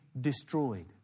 destroyed